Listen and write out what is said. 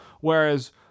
Whereas